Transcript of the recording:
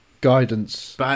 guidance